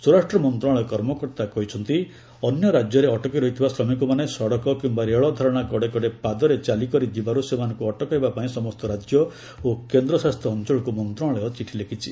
ସ୍ୱରାଷ୍ଟ୍ର ମନ୍ତ୍ରଣାଳୟ କର୍ମକର୍ତ୍ତା କହିଛନ୍ତି ଅନ୍ୟ ରାଜ୍ୟରେ ଅଟକି ରହିଥିବା ଶ୍ରମିକମାନେ ସଡ଼କ କିମ୍ବା ରେଳ ଧାରଣା କଡ଼େ କଡ଼େ ପାଦରେ ଚାଲିକରି ଯିବାରୁ ସେମାନଙ୍କୁ ଅଟକାଇବା ପାଇଁ ସମସ୍ତ ରାଜ୍ୟ ଓ କେନ୍ଦ୍ର ଶାସିତ ଅଞ୍ଚଳକ୍ ମନ୍ତ୍ରଣାଳୟ ଚିଠି ଲେଖିଛି